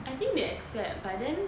I think they accept but then